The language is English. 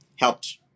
helped